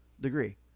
degree